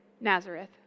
Nazareth